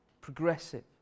Progressive